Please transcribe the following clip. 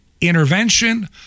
intervention